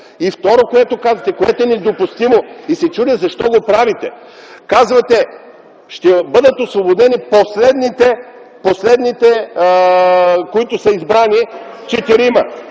Второ, което казвате, което е недопустимо, и се чудя защо го правите. Казвате: ще бъдат освободени последните четирима, които са избрани. Тоест трима